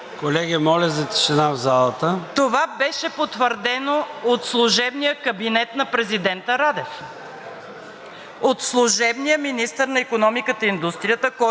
от служебния министър на икономиката и индустрията, който обърна с хастара Комисията по оръжие и Министерството на икономиката и каза: „Не, не е изнасяно за Украйна!“